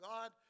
God